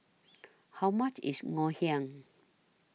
How much IS Ngoh Hiang